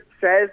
says